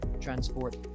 transport